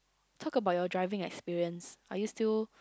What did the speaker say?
talk about your driving experience are you still